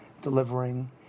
delivering